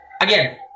again